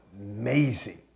amazing